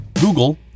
Google